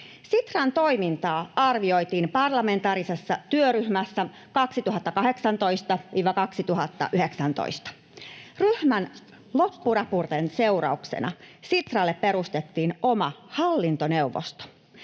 Sitran toimintaa arvioitiin parlamentaarisessa työryhmässä 2018—2019. Ryhmän loppuraportin seurauksena Sitralle perustettiin oma hallintoneuvosto.